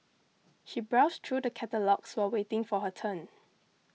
she browsed through the catalogues while waiting for her turn